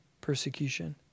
persecution